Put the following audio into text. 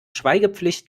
schweigepflicht